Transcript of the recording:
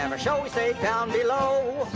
um show, we stay down below